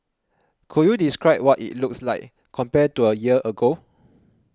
could you describe what it looks like compared to a year ago